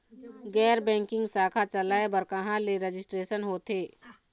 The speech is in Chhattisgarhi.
गैर बैंकिंग शाखा चलाए बर कहां ले रजिस्ट्रेशन होथे?